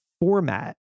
format